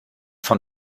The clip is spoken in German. von